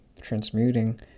transmuting